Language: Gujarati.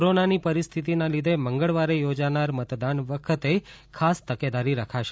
કોરોનાની પરિસ્થિતિના લીધે મંગળવારે યોજાનાર મતદાન વખતે ખાસ તકેદારી રખાશે